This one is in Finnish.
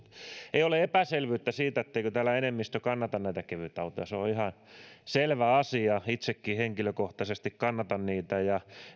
ei ole epäselvyyttä siitä etteikö täällä enemmistö kannata näitä kevytautoja se on ihan selvä asia itsekin henkilökohtaisesti kannatan niitä ja